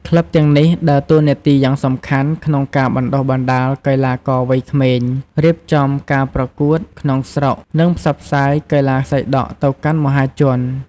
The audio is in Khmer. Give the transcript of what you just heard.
ក្លឹបទាំងនេះដើរតួនាទីយ៉ាងសំខាន់ក្នុងការបណ្ដុះបណ្ដាលកីឡាករវ័យក្មេង រៀបចំការប្រកួតក្នុងស្រុក និងផ្សព្វផ្សាយកីឡាសីដក់ទៅកាន់មហាជន។